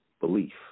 belief